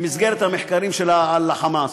במסגרת המחקרים שלה על ה"חמאס".